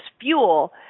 fuel